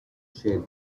share